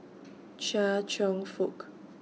Chia Cheong Fook